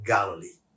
Galilee